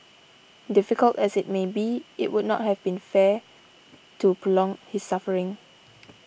difficult as it may be it would not have been fair to prolong his suffering